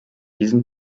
diesem